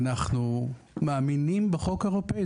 אנחנו מאמינים בחוק האירופי,